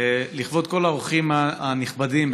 לכבוד כל האורחים הנכבדים,